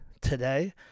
today